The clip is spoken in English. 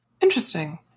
Interesting